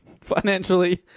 financially